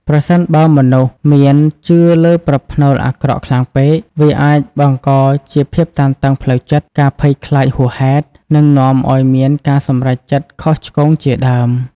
ប្រសិនបើមនុស្សមានជឿលើប្រផ្នូលអាក្រក់ខ្លាំងពេក វាអាចបង្កជាភាពតានតឹងផ្លូវចិត្ត ការភ័យខ្លាចហួសហេតុ និងនាំឱ្យមានការសម្រេចចិត្តខុសឆ្គងជាដើម។